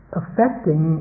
affecting